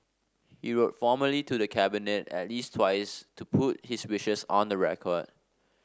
he wrote formally to the Cabinet at least twice to put his wishes on the record